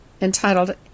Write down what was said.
entitled